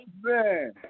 Man